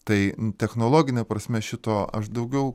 tai technologine prasme šito aš daugiau